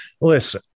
listen